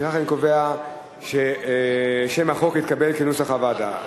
לפיכך אני קובע ששם החוק התקבל כנוסח הוועדה.